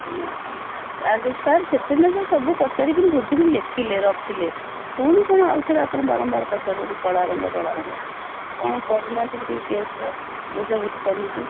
ଆଜ୍ଞା ସାର୍ ଯେଉଁ ସାର୍ ସେ ଦିନ ତ ସବୁ ପଚାରିକିନି ବୁଝିକିନି ଲେଖିଲେ ରଖିଲେ ପୁଣି କ'ଣ ଆଉ ଥରେ ଆପଣ ବାରମ୍ବାର ପଚାରୁଛନ୍ତି କଳା ରଙ୍ଗ ଧଳା ରଙ୍ଗ କ'ଣ କରୁନାହାନ୍ତି ଟିକେ କେସ୍ କାସ୍ ବୁଝାବୁଝି କରୁନାହାନ୍ତି